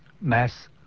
mass